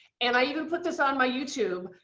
and i even put this on my youtube,